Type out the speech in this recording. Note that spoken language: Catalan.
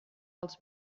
els